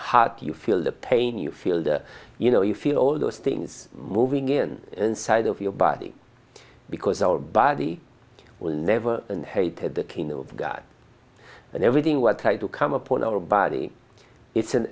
heart you feel the pain you feel that you know you feel all those things moving in inside of your body because our body will never and hated the kingdom of god and everything what i do come upon our body it's an